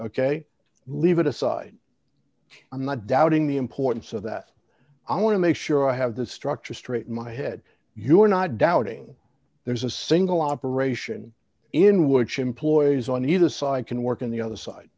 ok leave it aside i'm not doubting the importance of that i want to make sure i have the structure straight in my head you're not doubting there's a single operation in which employees on either side can work on the other side